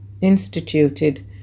instituted